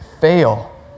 fail